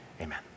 Amen